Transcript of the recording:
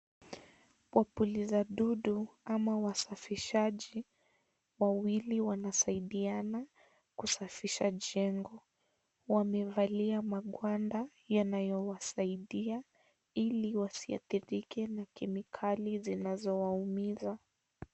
Wapuliza dudu ama wasafishaji wawili wanasaidiana kusafisha jengo. Wamevalia magwanda yanayowasaidia ili wasiadhirike na kemikali zinazowaumiza.